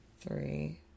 three